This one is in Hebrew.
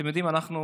אתם יודעים, אנחנו